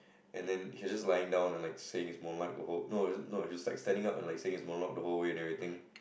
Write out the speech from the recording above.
and then he just lying down and like saying his no no I just text standing up and like saying his monologue the whole way and everything